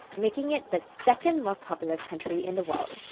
making it the second most populous country in the world.